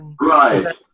Right